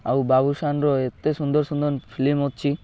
ଆଉ ବାବୁଶାନର ଏତେ ସୁନ୍ଦର ସୁନ୍ଦର ଫିଲିମ୍ ଅଛି